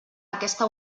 aquesta